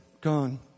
Gone